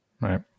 Right